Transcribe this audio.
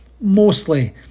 mostly